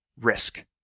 risk